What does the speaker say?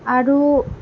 আৰু